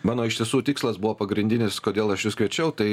mano iš tiesų tikslas buvo pagrindinis kodėl aš jus kviečiau tai